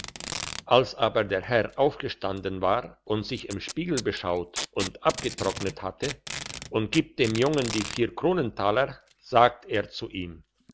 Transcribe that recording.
als aber der herr aufgestanden war und sich im spiegel beschaut und abgetrocknet hatte und gibt dem jungen die vier kronentaler sagt er zu ihm